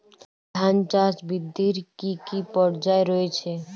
ধান চাষ বৃদ্ধির কী কী পর্যায় রয়েছে?